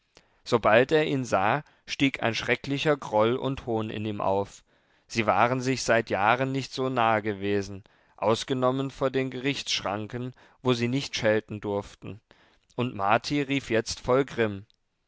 sobald er ihn sah stieg ein schrecklicher groll und hohn in ihm auf sie waren sich seit jahren nicht so nahe gewesen ausgenommen vor den gerichtsschranken wo sie nicht schelten durften und marti rief jetzt voll